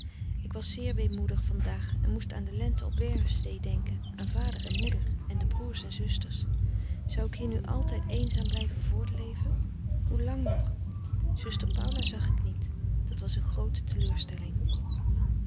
ik was zeer weemoedig van daag en moest aan de lente op merwestee denken aan vader en moeder en de broers en zusters zou ik hier nu altijd eenzaam blijven voortleven hoelang nog zuster paula zag ik niet dat was een groote teleurstelling